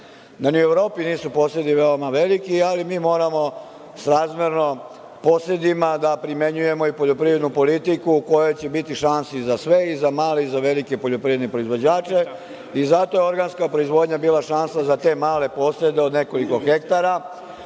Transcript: Ni u Evropi posedi nisu veoma veliki, ali mi moramo srazmerno posedima da primenjujemo i poljoprivrednu politiku u kojoj će biti šansi za sve i za male i za velike poljoprivredne proizvođače i zato je organska proizvodnja bila šansa za te male posede od nekoliko hektara,